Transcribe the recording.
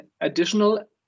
additional